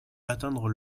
atteindre